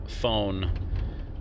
phone